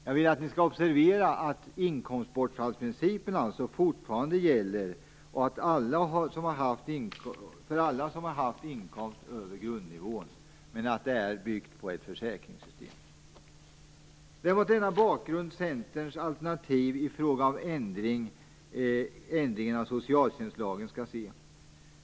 Jag vill att ni observerar att inkomstbortfallsprincipen alltså fortfarande gäller för alla som har haft inkomster som ligger över grundnivån, men att det bygger på ett försäkringssystem. Det är mot denna bakgrund som Centerns alternativ i fråga om ändringen av socialtjänstlagen skall ses.